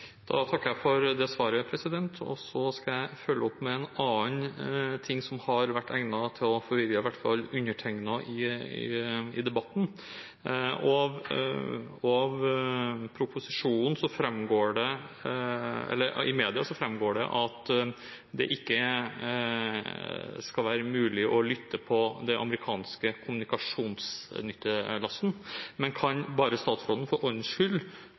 Da takker jeg for svaret. Så skal jeg følge opp med noe annet som har vært egnet til å forvirre i hvert fall undertegnede i debatten. I media framgår det at det ikke skal være mulig å lytte på den amerikanske kommunikasjonsnyttelasten. Kan statsråden for